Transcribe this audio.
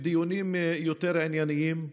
דיונים יותר ענייניים,